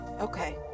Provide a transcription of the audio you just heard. Okay